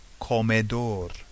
comedor